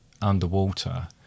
underwater